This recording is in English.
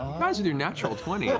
um guys with your natural twenty